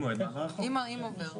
אם עובר החוק.